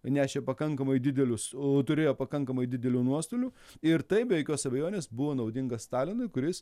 nešė pakankamai didelius u turėjo pakankamai didelių nuostolių ir tai be jokios abejonės buvo naudinga stalinui kuris